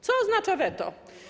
Co oznacza weto?